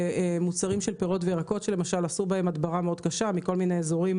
מוצרים של פירות וירקות שעשו בהם הדברה מאוד קשה מכל מיני אזורים